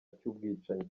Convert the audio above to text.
cy’ubwicanyi